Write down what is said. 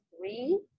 three